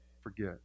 forget